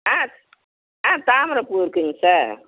ஆ ஆ தாமரைப்பூ இருக்குங்க சார்